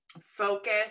focus